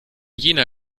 jena